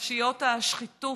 בפרשיות השחיתות,